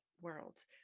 world